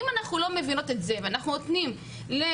אם אנחנו לא מבינות את זה ואנחנו נותנים ל-"outsourcing"